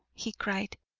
he cried.